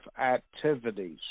activities